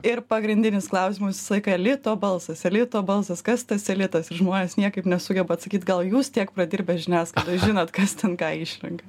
ir pagrindinis klausimas visą laiką elito balsas elito balsas kas tas elitas ir žmonės niekaip nesugeba atsakyt gal jūs tiek pradirbęs žiniasklaidoj žinot kas ten ką išrenka